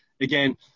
again